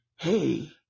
Hey